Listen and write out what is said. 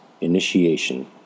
Initiation